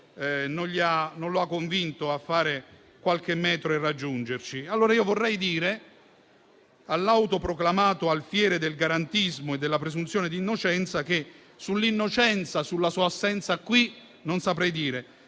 non l'ha convinta a fare qualche metro e raggiungerci. Allora, vorrei dire all'autoproclamato alfiere del garantismo e della presunzione di innocenza che sull'innocenza rispetto alla sua assenza qui non saprei dire,